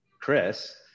Chris